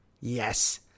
Yes